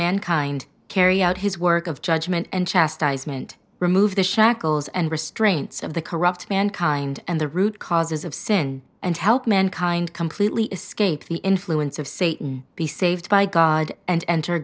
mankind carry out his work of judgment and chastisement remove the shackles and restraints of the corrupt mankind and the root causes of sin and help mankind completely escape the influence of satan be saved by god and enter